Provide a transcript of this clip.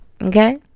okay